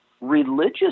religious